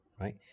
right